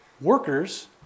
Workers